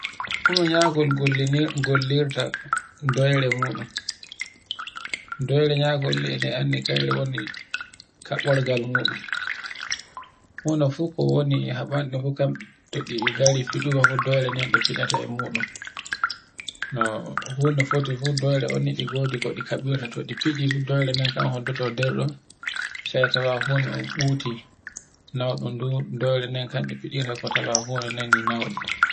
ɗume nyagol gollirta doyre muɗum. Doyre nyagolli eɗe anndi kayri woni kaɓɓorgal muɗum. Funa fu ko woni haɓande kaɓɓande to gari fiɗugo fu doyre nden e ɗe fiɗata e muɗum no hu foti fu doyri on ni e ɗi godi kaɗirta to ɗi fiɗi fu doyre nden kan hoddoto nder ɗon, sai tawa hu no om buti na bundu doyre nden kanɗe fiɗirta ko taba fu a nani nauɗum.